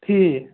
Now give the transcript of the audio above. ٹھیٖک